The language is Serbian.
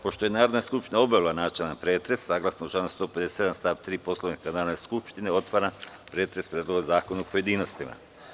Pošto je Narodna skupština obavila načelni pretres, saglasno članu 157. stav 3. Poslovnika Narodne skupštine, otvaram pretres Predloga zakona u pojedinostima.